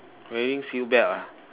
wearing seatbelt ah